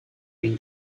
been